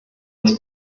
das